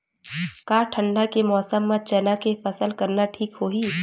का ठंडा के मौसम म चना के फसल करना ठीक होही?